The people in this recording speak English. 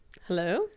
Hello